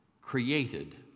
created